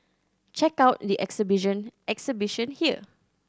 check out the exhibition here